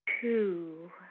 Two